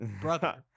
brother